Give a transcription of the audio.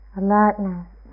alertness